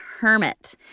Hermit